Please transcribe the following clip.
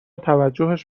توجهش